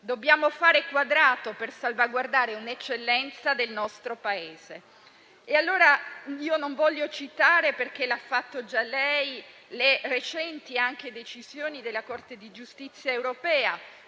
Dobbiamo fare quadrato per salvaguardare un'eccellenza del nostro Paese. Io non voglio citare, perché l'ha fatto già lei, le recenti decisioni della Corte di giustizia europea,